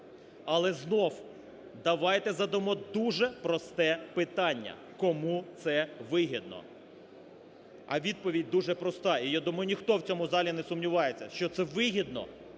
Але знову давайте задамо дуже просте питання: кому це вигідно. А відповідь дуже проста. І я думаю, ніхто в цьому залі не сумнівається, що це вигідно